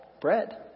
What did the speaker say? Bread